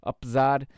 Apesar